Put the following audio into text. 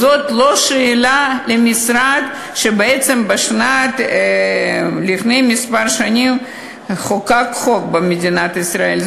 זאת לא שאלה למשרד בעצם לפני כמה שנים חוקק חוק במדינת ישראל,